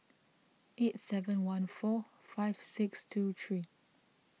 eight seven one four five six two three